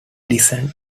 descent